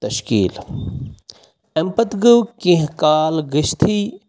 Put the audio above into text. تَشکِیٖل اَمہِ پَتہٕ گوٚو کینٛہہ کال گٔژھۍتھٕے